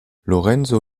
lorenzo